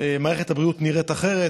מערכת הבריאות נראית אחרת,